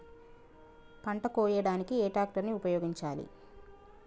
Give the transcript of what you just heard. పంట కోయడానికి ఏ ట్రాక్టర్ ని ఉపయోగించాలి?